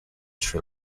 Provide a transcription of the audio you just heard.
sri